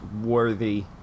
worthy